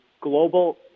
global